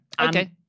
okay